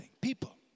People